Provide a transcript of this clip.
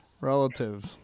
relative's